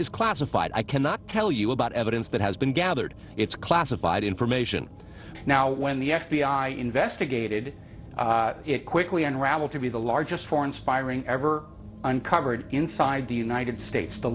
is classified i cannot tell you about evidence that has been gathered it's classified information now when the f b i investigated it quickly unraveled to be the largest for inspiring ever uncovered inside the united states the